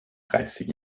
dreißig